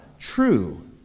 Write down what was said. True